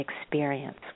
experience